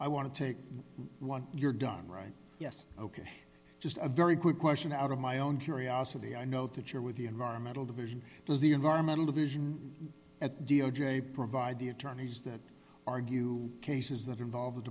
i want to take one you're done right yes ok just a very quick question out of my own curiosity i know that you're with the environmental division the environmental division at d o j provide the attorneys that argue cases that involve